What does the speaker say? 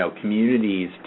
communities